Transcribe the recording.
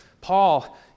Paul